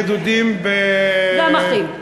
אנחנו חברים ובני-דודים, גם אחים.